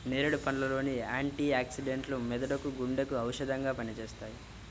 నేరేడు పండ్ల లోని యాంటీ ఆక్సిడెంట్లు మెదడుకు, గుండెకు ఔషధంగా పనిచేస్తాయి